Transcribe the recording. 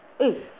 eh